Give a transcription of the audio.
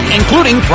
including